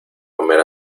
comer